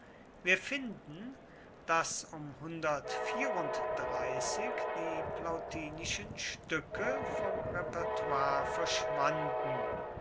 wir finden daß um die plautinischen stücke vom repertoire verschwanden